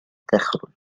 تخرج